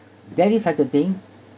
there is such a thing